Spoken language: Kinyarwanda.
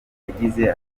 yagize